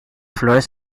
flores